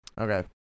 Okay